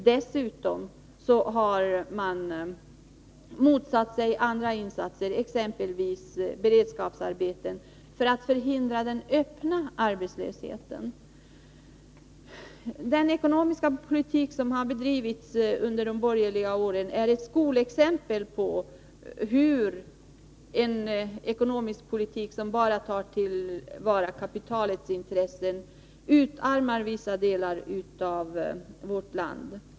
Dessutom har moderaterna motsatt sig andra insatser, exempelvis beredskapsarbeten, för att förhindra den öppna arbetslösheten. Den ekonomiska politik som har bedrivits under de borgerliga åren är ett skolexempel på hur en ekonomisk politik som bara tar till vara kapitalets intressen utarmar vissa delar av vårt land.